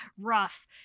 rough